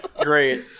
Great